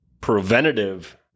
preventative